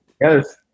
Yes